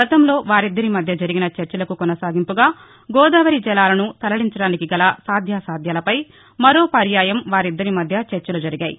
గతంలో వారిద్దరిమధ్య జరిగిన చర్చలకు కొనసాగింపుగా గోదావరి జలాలను తరలించడానికి గల సాధ్యసాధ్యాలపై మరో పర్యాయం వారిద్దరి మధ్య చర్చలు జరిగాయి